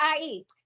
IE